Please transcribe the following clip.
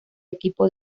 equipo